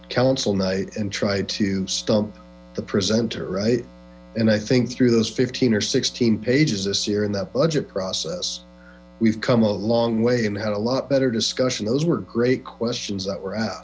on council night and try to stump the presenter right and i think through those fifteen or sixteen pages this year in that budget process we've come a long wy and had a lot better discussion those were great questions that were